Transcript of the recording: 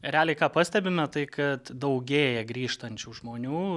realiai ką pastebime tai kad daugėja grįžtančių žmonių